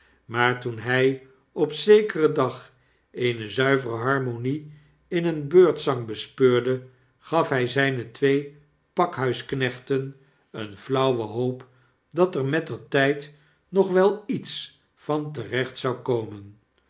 maar toen hg op zekeren dag eene zuivere harmonie in een beurtzang bespeurde gaf hy zynetwee pakhuisknechten eene flauwe hoop dat ermettertijd nog wel iets van terecht zou komen